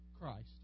Christ